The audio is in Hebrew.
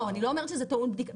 אני לא אומרת שזה טעון בדיקה,